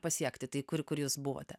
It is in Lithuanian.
pasiekti tai kur kur jūs buvote